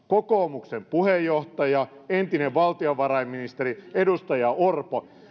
kokoomuksen puheenjohtaja entinen valtiovarainministeri edustaja orpo